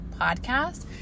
podcast